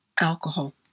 alcohol